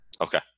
Okay